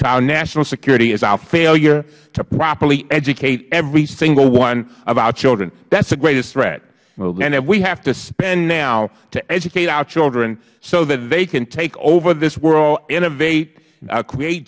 to our national security is our failure to properly educate every single one of our children that is the greatest threat if we have to spend now to educate our children so they can take over this world innovate create